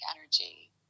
energy